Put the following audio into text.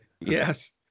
Yes